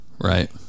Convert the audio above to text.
right